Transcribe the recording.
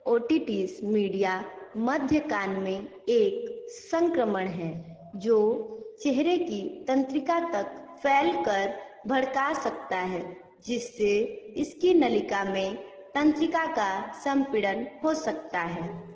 otitis media मध्य कान में एक संक्रमण हैं जो चेहरे की तंत्रिका तक फैल कर भड़का सकता है जिससे इसकी नलिका में तंत्रिका का संपीड़न हो सकता है